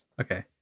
Okay